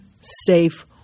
safe